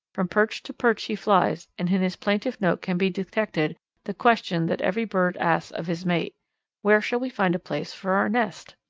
from perch to perch he flies, and in his plaintive note can be detected the question that every bird asks of his mate where shall we find a place for our nest?